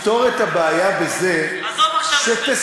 תפתור את הבעיה בזה שתספח,